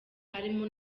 harimo